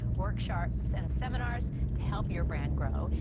work charts and seminars to help your brand grow.